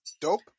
Dope